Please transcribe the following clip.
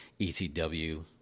ECW